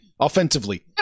offensively